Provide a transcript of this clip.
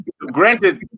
granted